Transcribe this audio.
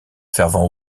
fervent